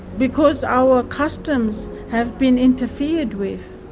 because our customs have been interfered with.